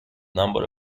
number